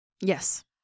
Yes